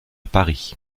paris